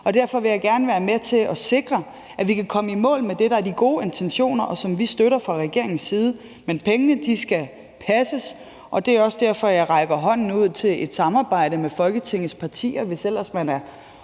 Derfor vil jeg gerne være med til at sikre, at vi kan komme i mål med det, der er de gode intentioner, og som vi fra regeringens side støtter, men pengene skal passe. Det er også derfor, jeg rækker hånden ud til et samarbejde med Folketingets partier, hvis ellers man er